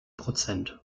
prozent